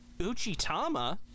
Uchitama